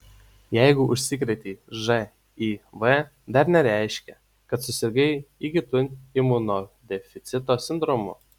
jeigu užsikrėtei živ dar nereiškia kad susirgai įgytu imunodeficito sindromu